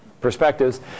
perspectives